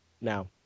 now